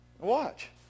watch